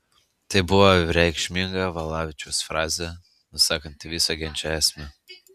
tai buvo reikšminga valavičiaus frazė nusakanti viso ginčo esmę